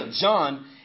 John